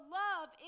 love